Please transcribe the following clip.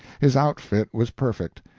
his outfit was perfect,